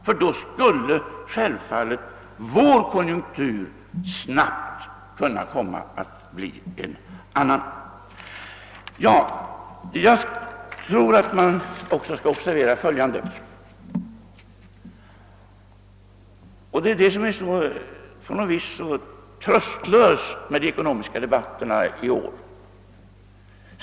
Följde man där samma politik som vi, skulle vår konjunktur självfallet snabbt kunna bli en annan. Jag tror att man också bör observera följande — och det är det som på något vis är så tröstlöst att man inte gör i årets ekonomiska debatter.